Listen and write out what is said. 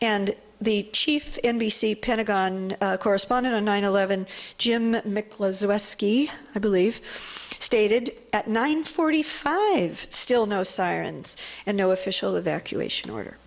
and the chief n b c pentagon correspondent a nine eleven jim i believe stated at nine forty five still no sirens and no official evacuation order